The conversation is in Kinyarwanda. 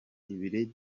ibiri